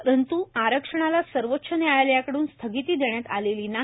परंत् आरक्षणाला सर्वोच्च न्यायालयाकडून स्थगिती देण्यात आलेली नाही